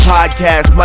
Podcast